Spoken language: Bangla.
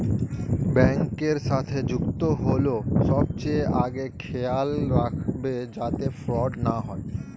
ব্যাংকের সাথে যুক্ত হল সবচেয়ে আগে খেয়াল রাখবে যাতে ফ্রড না হয়